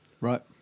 Right